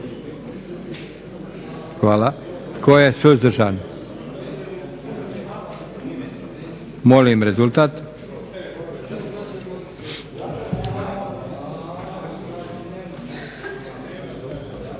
Hvala. Tko je suzdržan? Molim rezultat.